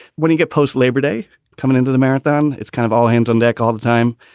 when you get post-labor day coming into the marathon, it's kind of all hands on deck all the time.